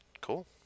cool